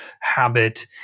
habit